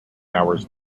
hours